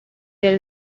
there